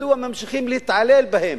מדוע ממשיכים להתעלל בהם?